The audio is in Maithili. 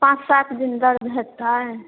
पाँच सात दिन दर्द हेतै